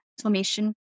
transformation